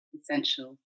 essential